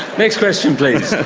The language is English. next question please.